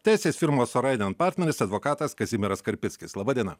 teisės firmos oraiden partneris advokatas kazimieras karpickis laba diena